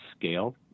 scale